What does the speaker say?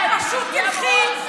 אף שיכולנו להפיל,